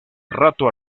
rato